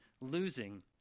losing